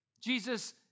Jesus